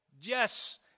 Yes